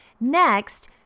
Next